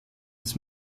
des